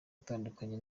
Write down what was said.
atandukanye